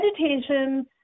meditation